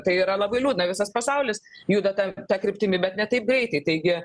tai yra labai liūdna visas pasaulis juda ta ta kryptimi bet ne taip greitai taigi